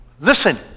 Listen